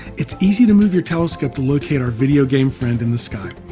it's easy to move your telescope to locate our video game friend in the sky.